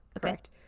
Correct